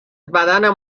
بدنم